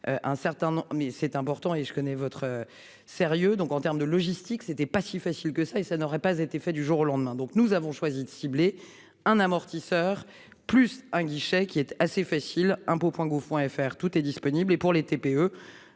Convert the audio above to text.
mais c'est important et je connais votre sérieux donc en termes de logistique n'était pas si facile que ça et ça n'aurait pas été fait, du jour au lendemain, donc nous avons choisi de cibler un amortisseur plus un guichet qui est assez facile impôts Point gouv Point FR tout est disponible et pour les TPE